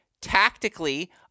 tactically